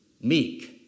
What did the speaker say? meek